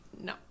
No